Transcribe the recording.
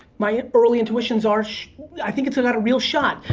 my early intuitions are i think it's got a real shot.